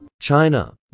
China